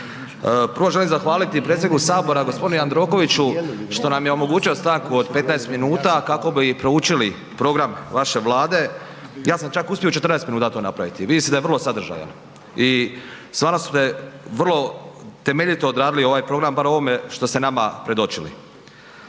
Prvo želim zahvaliti i predsjedniku sabora, g. Jandrokoviću što nam je omogućio stanku od 15 minuta kako bi proučili program vaše Vlade, ja sam čak uspio u 14 minuta to napraviti, vidi se da je vrlo sadržajan i stvarno ste vrlo temeljito odradili ovaj program barem u ovome što ste nama predočili.